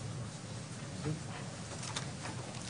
מונחים שני קבצי